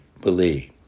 believe